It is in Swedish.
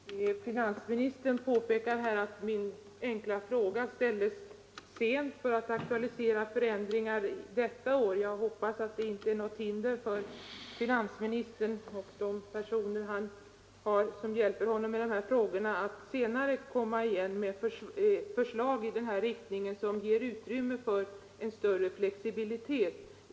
Herr talman! Finansministern påpekar här att min enkla fråga ställdes för sent för att kunna aktualisera förändringar detta år. Jag hoppas att det inte är något hinder för finansministern att senare komma igen med förslag som ger utrymme för en större flexibilitet.